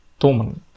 Toman